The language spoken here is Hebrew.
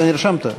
אתה נרשמת.